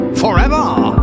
forever